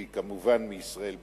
שהיא כמובן מישראל ביתנו,